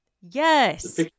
Yes